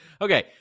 Okay